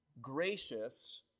gracious